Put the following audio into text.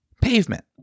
Pavement